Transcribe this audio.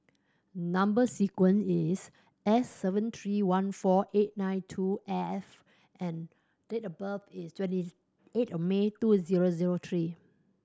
number sequence is S seven three one four eight nine two F and date of birth is twenty eight May two zero zero three